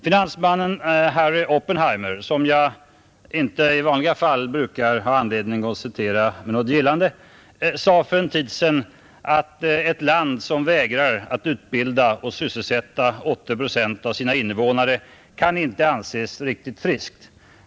Finansmannen Harry Oppenheimer, som jag inte i vanliga fall brukar ha anledning att citera med något gillande, sade för en tid sedan att ”ett land som vägrar att utbilda och sysselsätta 80 72 av sina invånare kan inte anses riktigt friskt.